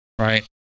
right